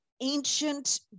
ancient